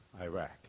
Iraq